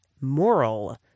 moral